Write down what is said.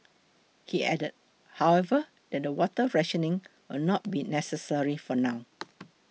he added however that water rationing will not be necessary for now